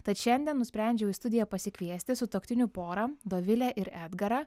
tad šiandien nusprendžiau į studiją pasikviesti sutuoktinių porą dovilę ir edgarą